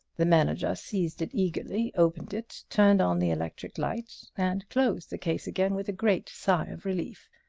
the manager seized it eagerly, opened it, turned on the electric light and closed the case again with a great sigh of relief.